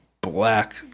black